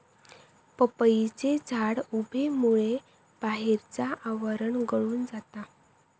पपईचे झाड उबेमुळे बाहेरचा आवरण गळून जाता